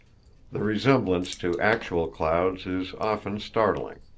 the resemblance to actual clouds is often startling.